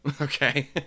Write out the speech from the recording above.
okay